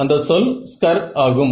அந்த சொல் ஸ்கர் ஆகும்